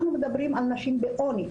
אנחנו מדברים על נשים בעוני.